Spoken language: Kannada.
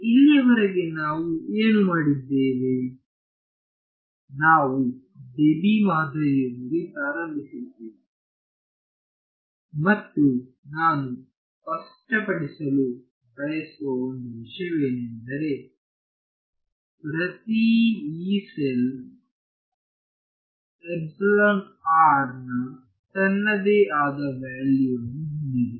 ಇಲ್ಲಿಯವರೆಗೆ ನಾವು ಏನು ಮಾಡಿದ್ದೇವೆ ನಾವು ಡೆಬಿ ಮಾದರಿಯೊಂದಿಗೆ ಪ್ರಾರಂಭಿಸಿದ್ದೇವೆ ಮತ್ತು ನಾನು ಸ್ಪಷ್ಟಪಡಿಸಲು ಬಯಸುವ ಒಂದು ವಿಷಯವೆಂದರೆ ಪ್ರತಿ Yee ಸೆಲ್ ನ ತನ್ನದೇ ಆದ ವ್ಯಾಲ್ಯೂ ವನ್ನು ಹೊಂದಿದೆ